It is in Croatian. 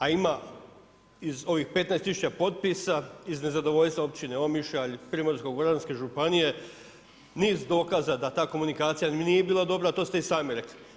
A ima iz ovih 15 000 potpisa, iz nezadovoljstva općine Omišalj, primorsko-goranske županije, niz dokaza da ta komunikacija nije bila dobra, to ste i sami rekli.